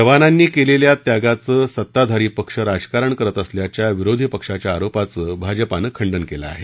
जवानांनी केलेल्या त्यागाचं सत्ताधारीपक्ष राजकारण करत असल्याच्या विरोधीपक्षाच्या आरोपाचं भाजपानं खंडन केलं आहे